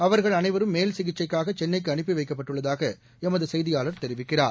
அவர்கள் அனைவரும் மேல்சிகிச்சைக்காக சென்னைக்கு அனுப்பி வைக்கப்பட்டுள்ளதாக எமது செய்தியாளர் தெரிவிக்கிறார்